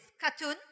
cartoon